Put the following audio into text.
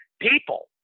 people